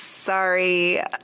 Sorry